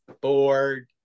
bored